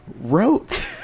wrote